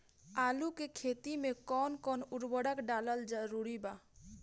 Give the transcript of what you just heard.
आलू के खेती मे कौन कौन उर्वरक डालल जरूरी बा?